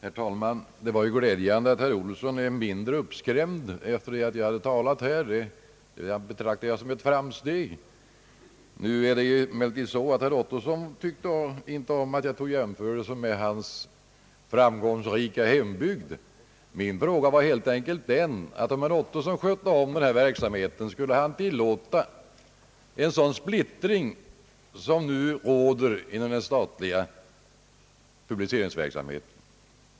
Herr talman! Det är glädjande att herr Olsson är mindre uppskrämd sedan jag talat här. Det betraktar jag som ett framsteg. Herr Ottosson, tyckte inte om att jag gjorde jämförelse med hans framgångsrika hembygd. Min fråga var helt enkelt den att om herr Ottosson skötte om denna verksamhet skulle han då tilllåta en sådan splittring som nu råder inom den statliga publiceringsverksamheten?